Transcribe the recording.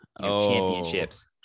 championships